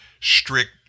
strict